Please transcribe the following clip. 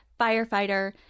firefighter